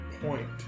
point